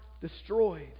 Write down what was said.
destroyed